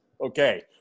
Okay